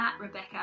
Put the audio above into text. Rebecca